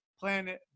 Planet